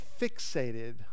fixated